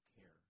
care